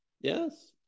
Yes